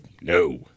no